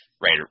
right